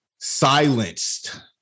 silenced